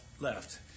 left